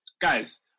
guys